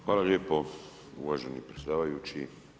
Hvala lijepo uvaženi predsjedavajući.